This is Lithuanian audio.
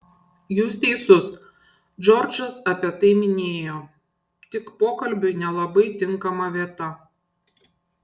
jūs teisus džordžas apie tai minėjo tik pokalbiui nelabai tinkama vieta